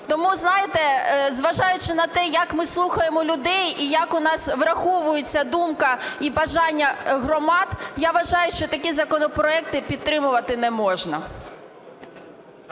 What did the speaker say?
Тому, знаєте, зважаючи на те, як ми слухаємо людей і як у нас враховується думка і бажання громад, я вважаю, що такі законопроекти підтримувати неможна.